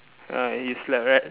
uh it's like